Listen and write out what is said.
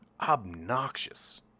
obnoxious